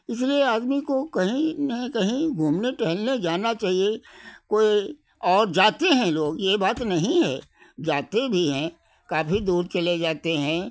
इसलिए आदमी को कहीं ना कहीं घूमने टहलने जाना चाहिए कोई और जाते हैं लोग ये बात नहीं है जाते भी है काफ़ी दूर चले जाते हैं